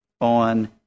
On